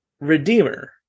Redeemer